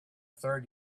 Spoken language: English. third